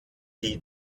die